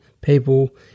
people